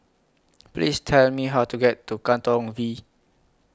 Please Tell Me How to get to Katong V